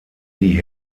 die